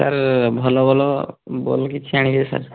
sir ଭଲ ଭଲ ball କିଛି ଆଣିବେ ସାର୍